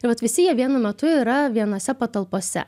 i vat visi jie vienu metu yra vienose patalpose